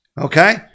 Okay